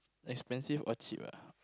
expensive or cheap ah